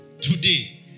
today